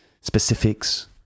specifics